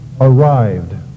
arrived